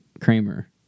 Kramer